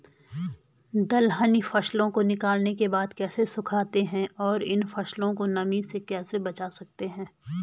दलहनी फसलों को निकालने के बाद कैसे सुखाते हैं और इन फसलों को नमी से कैसे बचा सकते हैं?